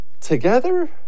together